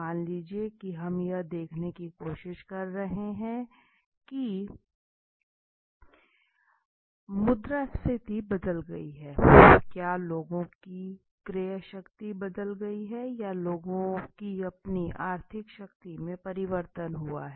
मान लीजिए कि हम यह देखने की कोशिश कर रहे हैं कि क्या मुद्रास्फीति बदल गई है क्या लोगों की क्रय शक्ति बदल गई है या लोगों की अपनी आर्थिक स्थिति में परिवर्तन हुआ है